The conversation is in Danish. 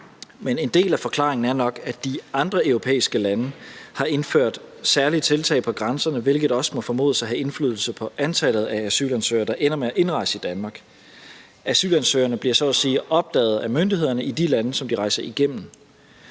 men en del af forklaringen er nok, at de andre europæiske lande har indført særlige tiltag på grænserne, hvilket må formodes også at have indflydelse på antallet af asylansøgere, der ender med at indrejse i Danmark. Asylansøgerne bliver så at sige opdaget af myndighederne i de lande, som de rejser igennem.